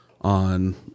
on